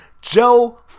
Joe